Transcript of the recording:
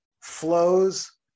flows